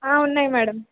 ఉన్నాయి మేడం